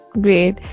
great